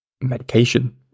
medication